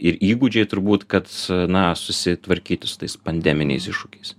ir įgūdžiai turbūt kad na susitvarkyti su tais pandeminiais iššūkiais